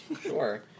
Sure